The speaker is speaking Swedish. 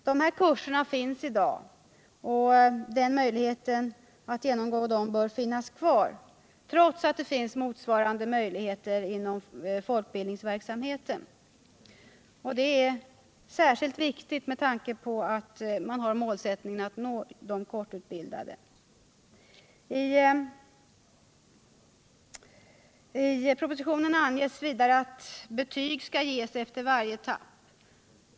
Dessa kurser finns i dag och möjligheten att genomgå dem bör finnas kvar, trots att det finns motsvarande möjligheter inom folkbildningsverksamheten. Detta är särskilt viktigt när man har målsättningen att nå de kortutbildade. I propositionen anges vidare att betyg skall ges efter varje etapp.